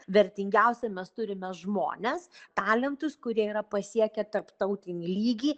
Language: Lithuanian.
vertingiausia mes turime žmones talentus kurie yra pasiekę tarptautinį lygį